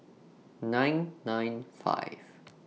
nine nine five